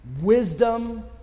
Wisdom